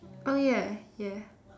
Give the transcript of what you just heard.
oh ya ya